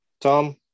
Tom